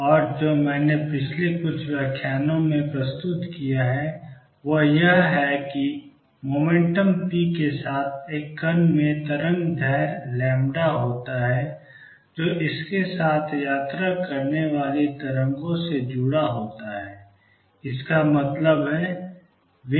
और जो मैंने पिछले कुछ व्याख्याताओं में प्रस्तुत किया है वह यह है कि मोमेंटम momentum p के साथ एक कण में तरंगदैर्ध्य लैम्ब्डा λ होता है जो इसके साथ यात्रा करने वाली तरंगों से जुड़ा होता है इसका मतलब है wavehp